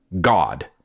God